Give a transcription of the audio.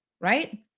right